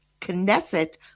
Knesset